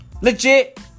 Legit